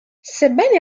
sebbene